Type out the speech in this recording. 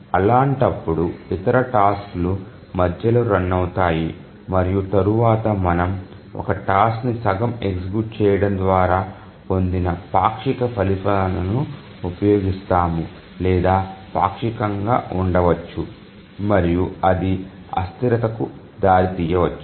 అలాంటప్పుడు ఇతర టాస్క్ లు మధ్యలో రన్ అవుతాయి మరియు తరువాత మనము ఒక టాస్క్ ని సగం ఎగ్జిక్యూట్ చేయడం ద్వారా పొందిన పాక్షిక ఫలితాలను ఉపయోగిస్తాము లేదా పాక్షికంగా ఉండవచ్చు మరియు అది అస్థిరతకు దారితీయవచ్చు